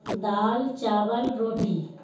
دال چاول روٹی